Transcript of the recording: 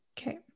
Okay